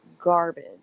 garbage